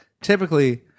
Typically